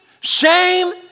shame